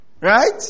Right